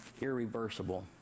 irreversible